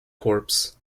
corps